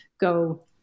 go